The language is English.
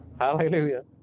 Hallelujah